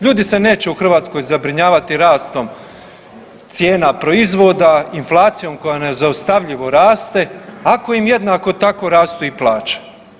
Ljudi se neće uz Hrvatskoj zabrinjavati rastom cijena proizvoda, inflacijom koja nezaustavljivo raste ako im jednako tako rastu i plaće.